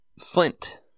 Flint